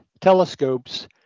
telescopes